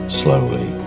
slowly